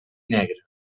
negre